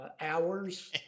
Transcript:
hours